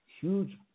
huge